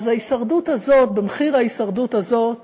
אז ההישרדות הזאת, את מחיר ההישרדות הזאת